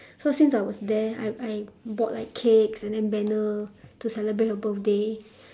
so since I was there I I bought like cakes and then banner to celebrate her birthday